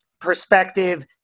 perspective